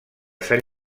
sant